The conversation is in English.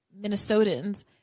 Minnesotans